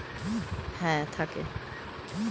টাকার ব্যবসা করার সময় রিস্ক থাকে